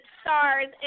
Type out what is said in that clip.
stars